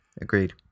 Agreed